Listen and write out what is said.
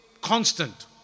constant